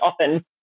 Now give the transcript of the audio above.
often